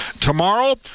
Tomorrow